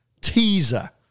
teaser